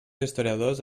historiadors